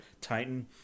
titan